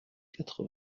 quatre